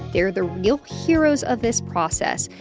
they're the real heroes of this process.